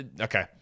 okay